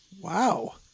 Wow